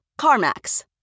CarMax